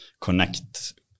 connect